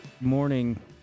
morning